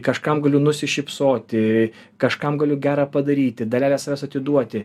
kažkam galiu nusišypsoti kažkam galiu gerą padaryti dalelę savęs atiduoti